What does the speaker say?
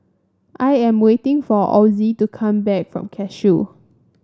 I am waiting for Ozie to come back from Cashew